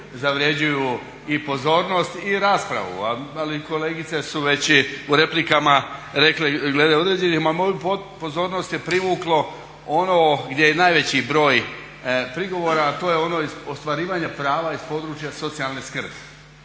zavrjeđuju i pozornost i raspravu, ali kolegice su već i u replikama rekle glede određenih, ma moju pozornost je privuklo ono gdje je najveći broj prigovora, a to je ono iz ostvarivanja prava iz područja socijalne skrbi.